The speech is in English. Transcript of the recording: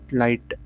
light